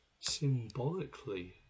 symbolically